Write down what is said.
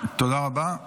תודה רבה.